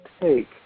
take